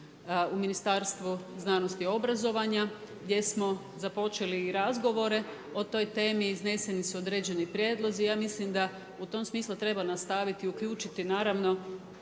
u Ministarstvu znanosti i obrazovanja gdje smo započeli i razgovore o toj temi. Izneseni su određeni prijedlozi. Ja mislim da u tom smislu treba nastaviti uključiti naravno